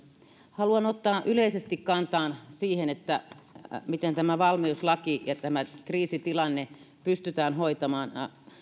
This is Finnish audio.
haluan ottaa yleisesti kantaa siihen miten tämä valmiuslaki ja tämä kriisitilanne pystytään hoitamaan